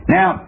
Now